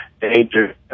danger